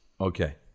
Okay